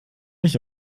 nicht